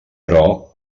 però